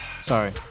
Sorry